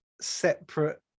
separate